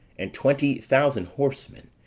and twenty thousand horsemen,